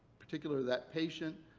particular that patient.